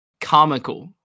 comical